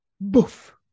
boof